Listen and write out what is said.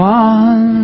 one